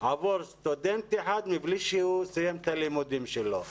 עבור סטודנט אחד מבלי שהוא סיים את הלימודים שלו.